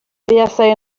fuasai